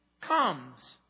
Comes